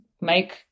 make